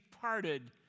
parted